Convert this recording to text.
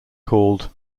called